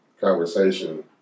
conversation